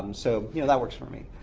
um so you know that works for me.